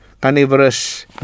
Carnivorous